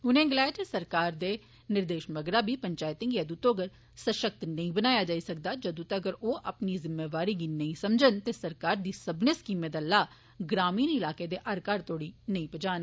उनें गगलाया जे सरकार दे निर्देष मगरा बी पंचैतें गी अदूं तगर सषक्त नेइं बनाया जाई सकदा जदूं तगर ओ अपनी जिम्मेवारी नेईं समझन ते सरकार दी सब्बने स्कीमें दा लाह् ग्रामीण इलाकें दे हर घर तोड़ी नेई पजान